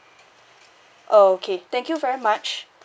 uh okay thank you very much